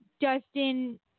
Dustin